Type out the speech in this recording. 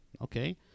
Okay